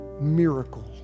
miracle